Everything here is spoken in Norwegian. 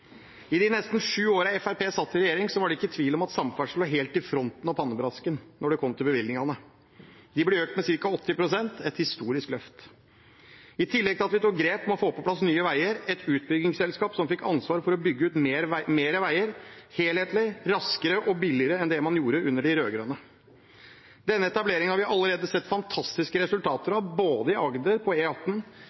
I de nesten sju årene Fremskrittspartiet satt i regjering, var det ikke tvil om at samferdsel var helt i fronten av pannebrasken når det kom til bevilgningene. De ble økt med ca. 80 pst. – et historisk løft. I tillegg tok vi grep for å få på plass Nye Veier, et utbyggingsselskap som fikk ansvar for å bygge ut flere veier helhetlig, raskere og billigere enn det man gjorde under de rød-grønne. Denne etableringen har vi allerede sett fantastiske resultater av, både i Agder på